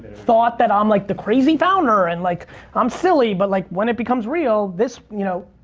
thought that i'm like the crazy founder and like i'm silly, but like when it becomes real this. you know